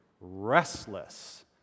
restless